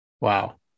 Wow